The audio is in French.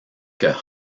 que